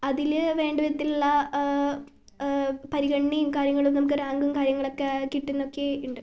അതിൽ വേണ്ട വിധത്തിലുള്ള പരിഗണനയും കാര്യങ്ങളും നമുക്ക് റാങ്കും കാര്യങ്ങളും ഒക്കെ കിട്ടുന്നൊക്കെ ഇണ്ട്